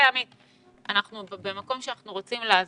אנחנו במקום שאנחנו רוצים לעזור.